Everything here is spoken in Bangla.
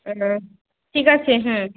হ্যালো ঠিক আছে হুম